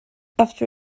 after